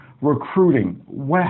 recruiting